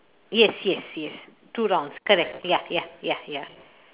yes yes yes two wrongs correct ya ya ya ya